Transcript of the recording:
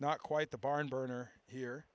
not quite the barn burner here